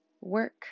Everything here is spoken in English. Work